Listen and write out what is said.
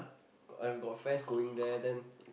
got uh got fans going there then